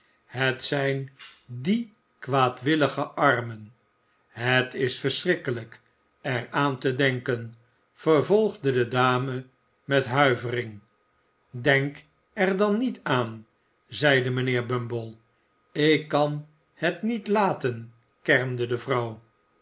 het zijn die kwaadwillige armen het is verschrikkelijk er aan te denken vervolgde de dame met huivering denk er dan niet aan zeide mijnheer bumble ik kan het niet laten kermde de vrouw